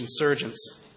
insurgents